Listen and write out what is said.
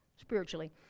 spiritually